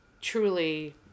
truly